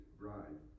bride